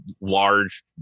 large